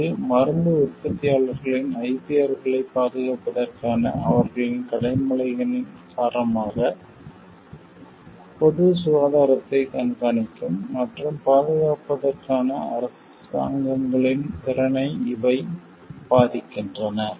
இந்த மருந்து உற்பத்தியாளர்களின் IPR களைப் பாதுகாப்பதற்கான அவர்களின் கடமைகளின் காரணமாக பொது சுகாதாரத்தை கண்காணிக்கும் மற்றும் பாதுகாப்பதற்கான அரசாங்கங்களின் திறனை இவை பாதிக்கின்றன